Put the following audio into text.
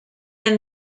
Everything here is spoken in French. elle